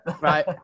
Right